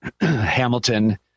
Hamilton